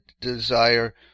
desire